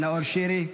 נאור שירי?